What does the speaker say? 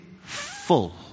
full